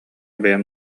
бэйэм